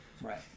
Right